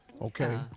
okay